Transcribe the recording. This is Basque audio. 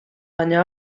baina